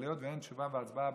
אבל היות שאין תשובה והצבעה